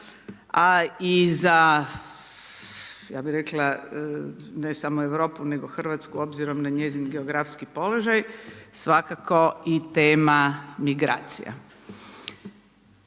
a i za, ja bih rekla, ne samo Europu, nego RH, obzirom na njezin geografski položaj, svakako i tema migracija.